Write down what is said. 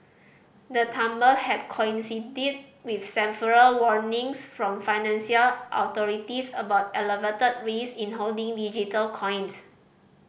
the tumble had coincided with several warnings from financial authorities about elevated risk in holding digital coins